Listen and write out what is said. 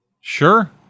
Sure